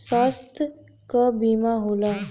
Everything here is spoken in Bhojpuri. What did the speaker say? स्वास्थ्य क बीमा होला